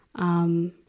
um,